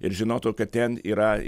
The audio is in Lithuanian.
ir žinotų kad ten yra